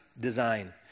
design